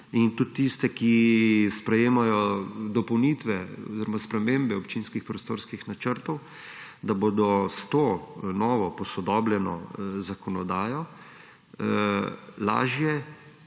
in tudi tiste, ki sprejemajo dopolnitve oziroma spremembe občinskih prostorskih načrtov, da bodo s to novo posodobljeno zakonodajo lažje,